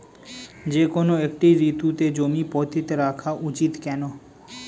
যেকোনো একটি ঋতুতে জমি পতিত রাখা উচিৎ কেন?